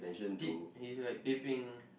peep he's peeping